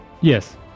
Yes